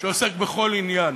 שעוסק בכל עניין.